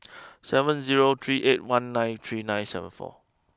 seven zero three eight one nine three nine seven four